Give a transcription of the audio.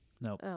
no